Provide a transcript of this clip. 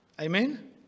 amen